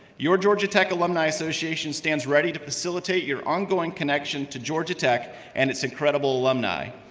your georgia tech alumni association stands ready to facilitate your ongoing connection to georgia tech and its incredible alumni